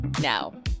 now